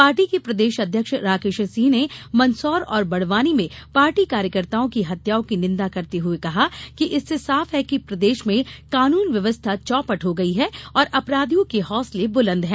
party के प्रदेश अध्यक्ष राकेश सिंह ने मंदसौर और बडवानी में पार्टी कार्यकताओं की हत्याओं की निन्दा करते हए कहा कि इससे साफ है कि प्रदेश में कानून व्यवस्था चौपट हो गयी है और अपराधियों के हौसले बुलंद है